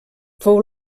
fou